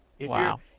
Wow